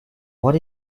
what